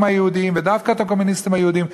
היהודים ודווקא את הקומוניסטים היהודים.